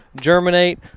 germinate